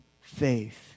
faith